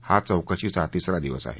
हा चौकशीचा तिसरा दिवस आहे